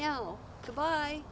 now to buy